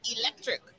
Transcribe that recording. electric